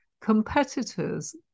Competitors